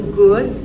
good